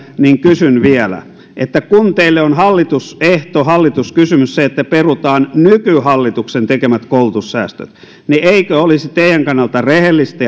kysyn vielä kun teille on hallitusehto hallituskysymys se että perutaan nykyhallituksen tekemät koulutussäästöt niin eikö olisi teidän kannaltanne rehellistä